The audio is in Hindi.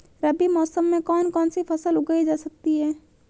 रबी मौसम में कौन कौनसी फसल उगाई जा सकती है?